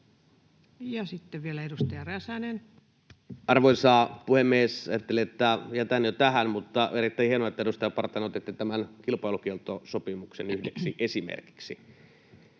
sitten vielä edustaja Räsänen. Arvoisa puhemies! Ajattelin, että jätän jo tähän, mutta erittäin hienoa, että, edustaja Partanen, otitte tämän kilpailukieltosopimuksen yhdeksi esimerkiksi.